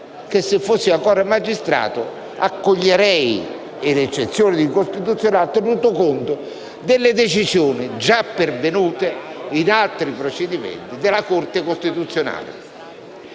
se fossi ancora magistrato, accoglierei le eccezioni di costituzionalità, tenuto conto delle decisioni già pervenute in altri procedimenti della Corte costituzionale.